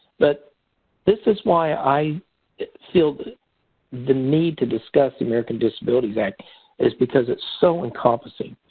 but this is why i feel the need to discuss the american disabilities act is because it's so encompassing.